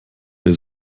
wer